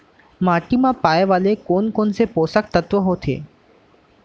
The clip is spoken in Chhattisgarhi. माटी मा पाए वाले कोन कोन से पोसक तत्व होथे?